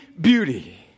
beauty